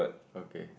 okay